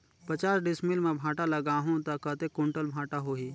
पचास डिसमिल मां भांटा लगाहूं ता कतेक कुंटल भांटा होही?